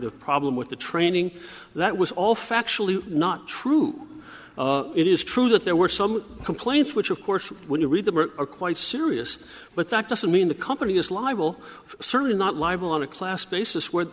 of problem with the training that was all factually not true it is true that there were some complaints which of course when you read that are quite serious but that doesn't mean the company is libel certainly not libel on a class basis where